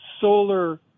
solar